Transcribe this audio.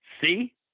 see